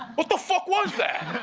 what the fuck was that?